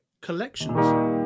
Collections